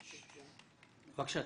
בבקשה.